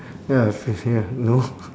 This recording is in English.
ya feeling feeling ah know